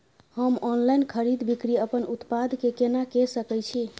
हम ऑनलाइन खरीद बिक्री अपन उत्पाद के केना के सकै छी?